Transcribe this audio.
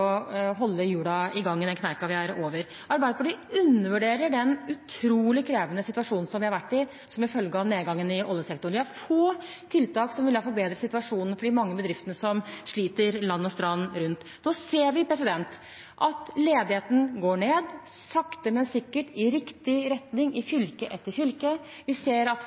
holde hjulene i gang i den kneika vi er over. Arbeiderpartiet undervurderer den utrolig krevende situasjonen som vi har vært i som en følge av nedgangen i oljesektoren. Det er få tiltak som ville ha forbedret situasjonen for de mange bedriftene som sliter land og strand rundt. Nå ser vi at ledigheten går ned sakte, men sikkert, at det går i riktig retning i fylke etter fylke. Vi ser